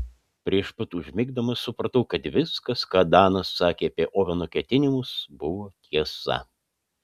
prieš pat užmigdamas supratau kad viskas ką danas sakė apie oveno ketinimus buvo tiesa